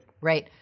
Right